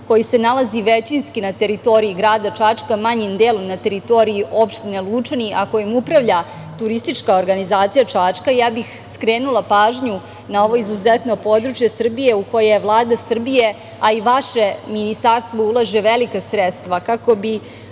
koji se nalazi većinski na teritoriji grada Čačka, manjim delom na teritoriji opštine Lučani, a kojim upravlja turistička Čačka, skrenula bih pažnju na ovo izuzetno područje Srbije u koje Vlada Srbije, a i vaše Ministarstvo ulaže velika sredstva kako bi